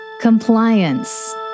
Compliance